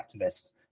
activists